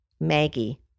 Maggie